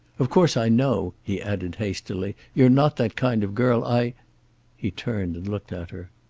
of course i know, he added hastily, you're not that kind of girl. i he turned and looked at her.